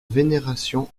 vénération